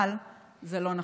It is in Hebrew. אבל זה לא נכון.